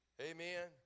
amen